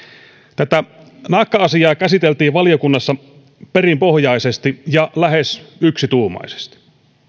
tätä naakka asiaa käsiteltiin valiokunnassa perinpohjaisesti ja lähes yksituumaisesti